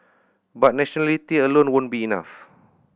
but nationality alone won't be enough